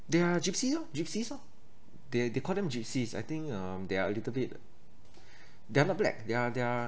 they are gypsy lor gypsies lor they they call them gypsies I think um they are a little bit they are not black they are they are